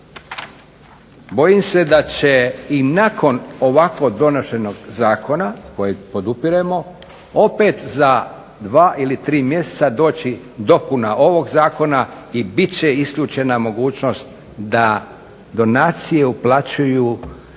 bojim se da će i nakon ovako donesenog zakona kojeg podupiremo, opet za dva ili tri mjeseca doći dopuna ovog zakona i bit će isključena mogućnost da donacije uplaćuju